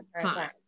time